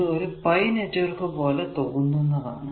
ഇത് ഒരു pi network പോലെ തോന്നുന്നതാണ്